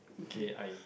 okay I